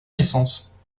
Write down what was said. naissance